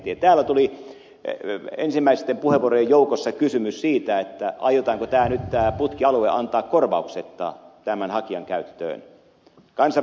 täällä tuli ensimmäisten puheenvuorojen joukossa kysymys siitä aiotaanko nyt tämä putkialue antaa korvauksetta tämän hakijan käyttöön